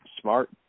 smart